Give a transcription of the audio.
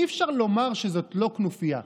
אי-אפשר לומר שזאת לא כנופיה.